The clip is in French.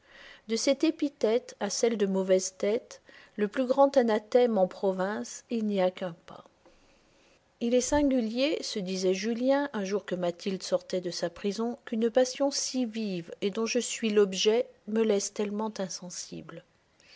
de cette épithète à celle de mauvaise tête le plus grand anathème en province il n'y a qu'un pas il est singulier se disait julien un jour que mathilde sortait de sa prison qu'une passion si vive et dont je suis l'objet me laisse tellement insensible